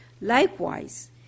Likewise